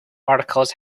articles